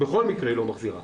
בכל מקרה היא לא מחזירה.